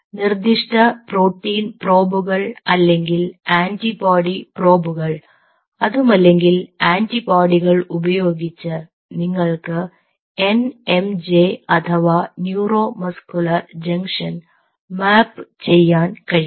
നിർദ്ദിഷ്ട പ്രോട്ടീൻ പ്രോബുകൾ അല്ലെങ്കിൽ ആന്റിബോഡി പ്രോബുകൾ അതുമല്ലെങ്കിൽ ആന്റിബോഡികൾ ഉപയോഗിച്ച് നിങ്ങൾക്ക് എൻ എം ജെ അഥവാ ന്യൂറോമസ്കുലർ ജംഗ്ഷൻ മാപ് ചെയ്യാൻ കഴിയും